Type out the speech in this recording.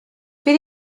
bydd